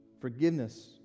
forgiveness